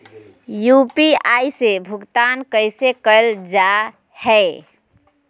UPI से भुगतान कैसे कैल जहै?